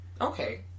okay